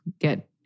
get